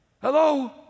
hello